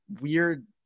Weird